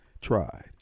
tried